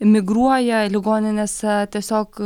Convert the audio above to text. migruoja ligoninėse tiesiog